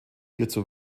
hierzu